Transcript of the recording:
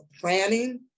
planning